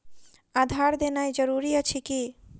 आधार देनाय जरूरी अछि की?